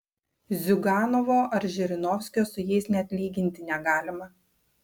ziuganovo ar žirinovskio su jais net lyginti negalima